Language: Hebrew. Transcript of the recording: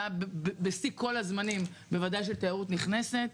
היה בשיא כל הזמנים, בוודאי של תיירות נכנסת.